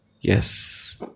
yes